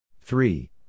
three